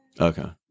Okay